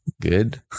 Good